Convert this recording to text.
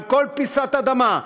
על כל פיסת אדמה,